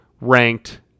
ranked